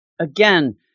again